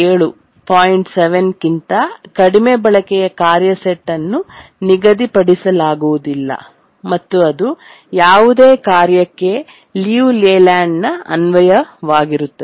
7 ಕ್ಕಿಂತ ಕಡಿಮೆ ಬಳಕೆಯ ಕಾರ್ಯ ಸೆಟ್ ಅನ್ನು ನಿಗದಿಪಡಿಸಲಾಗುವುದಿಲ್ಲ ಮತ್ತು ಅದು ಯಾವುದೇ ಕಾರ್ಯಕ್ಕೆ ಲಿಯು ಲೇಲ್ಯಾಂಡ್ನ ಅನ್ವಯವಾಗಿರುತ್ತದೆ